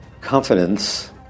confidence